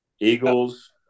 Eagles